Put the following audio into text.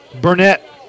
Burnett